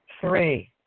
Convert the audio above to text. Three